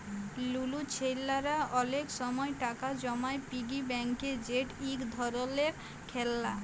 লুলু ছেইলারা অলেক সময় টাকা জমায় পিগি ব্যাংকে যেট ইক ধরলের খেললা